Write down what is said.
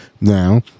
now